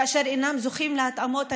כאשר אינם זוכים להתאמות הנדרשות.